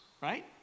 right